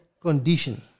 condition